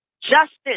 justice